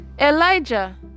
Elijah